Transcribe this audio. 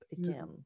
again